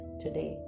today